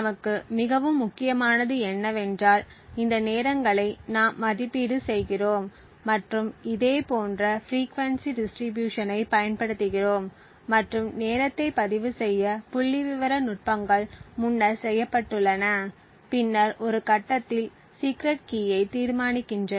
நமக்கு மிகவும் முக்கியமானது என்னவென்றால் இந்த நேரங்களை நாம் மதிப்பீடு செய்கிறோம் மற்றும் இதேபோன்ற பிரீகியூவன்சி டிஸ்ட்ரிபியூஷனைப் பயன்படுத்துகிறோம் மற்றும் நேரத்தை பதிவு செய்ய புள்ளிவிவர நுட்பங்கள் முன்னர் செய்யப்பட்டுள்ளன பின்னர் ஒரு கட்டத்தில் சீக்ரெட் கீயை தீர்மானிக்கின்றன